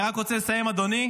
אני רק רוצה לסיים, אדוני,